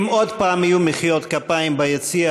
אם עוד פעם יהיו מחיאות כפיים ביציע,